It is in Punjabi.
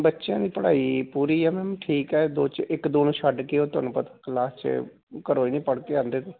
ਬੱਚਿਆਂ ਦੀ ਪੜ੍ਹਾਈ ਪੂਰੀ ਆ ਮੈਮ ਠੀਕ ਹੈ ਦੋ ਚ ਇੱਕ ਦੋ ਨੂੰ ਛੱਡ ਕੇ ਉਹ ਤੁਹਾਨੂੰ ਪਤਾ ਕਲਾਸ 'ਚ ਘਰੋਂ ਹੀ ਨਹੀਂ ਪੜ੍ਹ ਕੇ ਆਉਂਦੇ